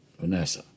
Vanessa